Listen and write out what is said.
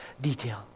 detail